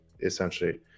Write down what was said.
essentially